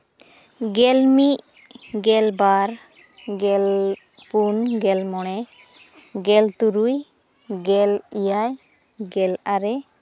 ᱜᱮᱞ ᱢᱤᱫ ᱜᱮᱞ ᱵᱟᱨ ᱜᱮᱞ ᱯᱩᱱ ᱜᱮᱞ ᱢᱚᱬᱮ ᱜᱮᱞ ᱛᱩᱨᱩᱭ ᱜᱮᱞ ᱮᱭᱟᱭ ᱜᱮᱞ ᱟᱨᱮ